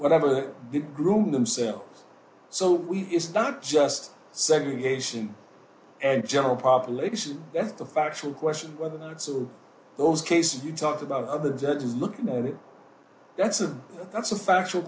whatever the groom themselves so we is not just segregation and general population that's the factual question whether or not some of those cases you talked about of the judges looking at it that's a that's a factual